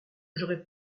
j’aurai